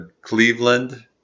Cleveland